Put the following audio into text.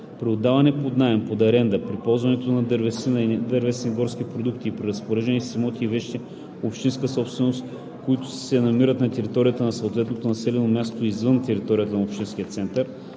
При отдаването под наем, под аренда, при ползването на дървесина и недървесни горски продукти и при разпореждане с имоти и вещи – общинска собственост, които се намират на територията на съответното населено място извън територията на общинския център,